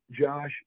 Josh